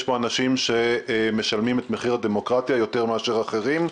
יש פה אנשים שמשלמים את מחיר הדמוקרטיה יותר מאשר אחרים.